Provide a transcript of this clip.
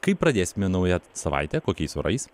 kaip pradėsime naują savaitę kokiais orais